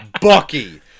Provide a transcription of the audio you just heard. Bucky